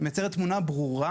תמונה ברורה.